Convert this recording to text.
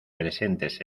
presentes